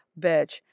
Bitch